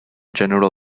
general